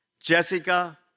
Jessica